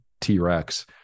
T-Rex